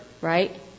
right